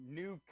new